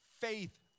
faith